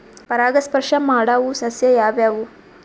ಪರಾಗಸ್ಪರ್ಶ ಮಾಡಾವು ಸಸ್ಯ ಯಾವ್ಯಾವು?